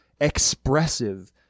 expressive